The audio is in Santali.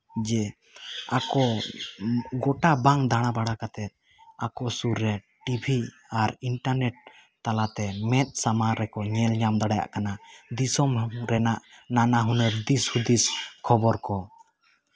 ᱡᱮ ᱟᱠᱚ ᱜᱳᱴᱟ ᱵᱟᱝ ᱫᱟᱬᱟ ᱵᱟᱲᱟ ᱠᱟᱛᱮᱫ ᱟᱠᱚ ᱥᱩᱨᱨᱮ ᱴᱤᱵᱷᱤ ᱟᱨ ᱤᱱᱴᱟᱨᱱᱮᱴ ᱛᱟᱞᱟᱛᱮ ᱢᱮᱫ ᱥᱟᱢᱟᱝ ᱨᱮᱠᱚ ᱧᱮᱞ ᱧᱟᱢ ᱫᱟᱲᱮᱭᱟᱜ ᱠᱟᱱᱟ ᱫᱤᱥᱚᱢ ᱨᱮᱱᱟᱜ ᱱᱟᱱᱟ ᱦᱩᱱᱟᱹᱨ ᱫᱤᱥ ᱦᱩᱫᱤᱥ ᱠᱷᱚᱵᱚᱨ ᱠᱚ